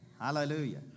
Hallelujah